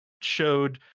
showed